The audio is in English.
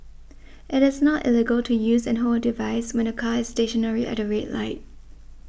it is not illegal to use and hold a device when the car is stationary at the red light